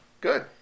Good